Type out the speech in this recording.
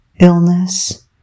illness